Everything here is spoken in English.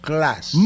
Class